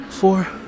Four